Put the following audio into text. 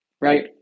right